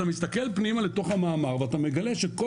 אתה מסתכל פנימה לתוך המאמר ואתה מגלה שכל